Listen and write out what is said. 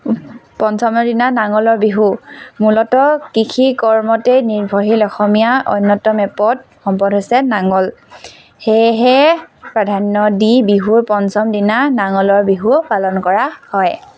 পঞ্চমৰ দিনা নাঙলৰ বিহু মূলতঃ কৃষি কৰ্মতে নিৰ্ভৰশীল অসমীয়া অন্যতম এপদ সম্পদ হৈছে নাঙল সেয়েহে প্ৰধান্য দি বিহুৰ পঞ্চম দিনা নাঙলৰ বিহু পালন কৰা হয়